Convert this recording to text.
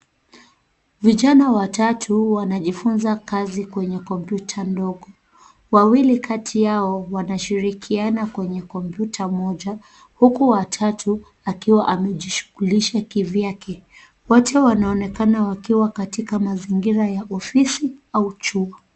Vijana watatu wanajifunza kazi kwenye kompyuta ndogo. Wawili kati yao wanashirikiana kwenye kompyuta moja, huku wa tatu akiwa amejishughulisha kivyake. Wote wanaonekana wakiwa katika mazingira ya ofisi au chuo.